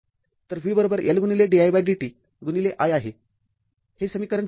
तर v L didt i आहे हे समीकरण २४ आहे